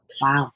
Wow